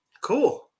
Cool